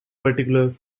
particular